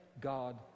god